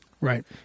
Right